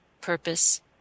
purpose